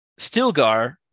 Stilgar